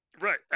Right